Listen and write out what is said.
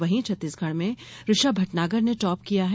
वहीं छत्तीगढ़ में ऋषभ भटनागर ने टॉप किया है